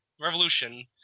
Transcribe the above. Revolution